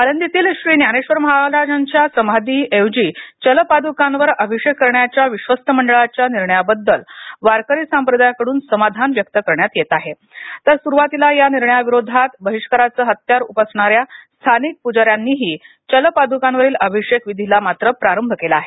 आळंदीतील श्री ज्ञानेश्वर माउलींच्या समाधीऐवजी चल पादकांवर अभिषेक करण्याच्या विश्वस्त मंडळाच्या निर्णयाबद्दल वारकरी संप्रदायातून समाधान व्यक्त करण्यात येत आहे तर सुरुवातीला या निर्णयाविरोधात बहिष्काराचं हत्यार उपासणाऱ्या स्थानिक प्जाऱ्यांनीही चल पाद्कांवरील अभिषेक विधीला मात्र प्रारंभ केला आहे